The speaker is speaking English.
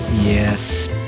Yes